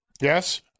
Yes